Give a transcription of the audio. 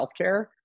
healthcare